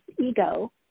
ego